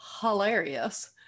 hilarious